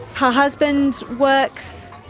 her husband works,